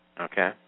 Okay